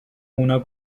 اونا